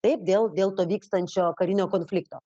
taip dėl dėl to vykstančio karinio konflikto